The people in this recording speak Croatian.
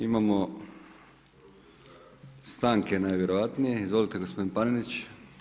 Imamo stanke najvjerojatnije, izvolite gospodine Panenić.